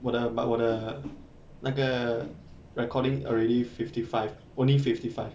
我的 but 我的那个 recording already fifty five only fifty five